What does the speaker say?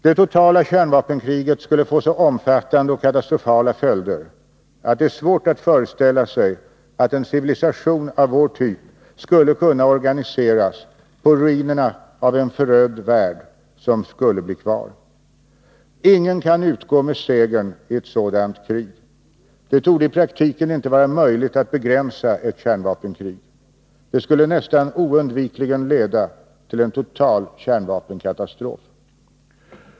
Det totala kärnvapenkriget skulle få så omfattande och katastrofala följder att det är svårt att föreställa sig att en civilisation av vår typ skulle kunna organiseras på ruinerna av en förödd värld som skulle bli kvar. Ingen kan utgå med segern i ett sådant krig. Det torde i praktiken inte vara möjligt att begränsa ett kärnvapenkrig. Det skulle nästan oundvikligen leda till en total kärnvapenkatastrof.